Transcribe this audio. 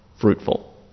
fruitful